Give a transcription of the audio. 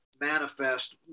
manifest